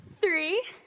three